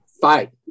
fight